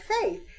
faith